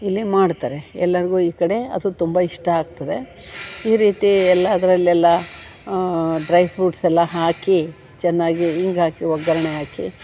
ಇಲ್ಲಿ ಮಾಡ್ತಾರೆ ಎಲ್ಲರ್ಗೂ ಈ ಕಡೆ ಅದು ತುಂಬ ಇಷ್ಟ ಆಗ್ತದೆ ಈ ರೀತಿ ಎಲ್ಲ ಅದರಲ್ಲೆಲ್ಲ ಡ್ರೈ ಫ್ರೂಟ್ಸೆಲ್ಲ ಹಾಕಿ ಚೆನ್ನಾಗಿ ಇಂಗು ಹಾಕಿ ಒಗ್ಗರಣೆ ಹಾಕಿ